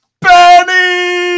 Benny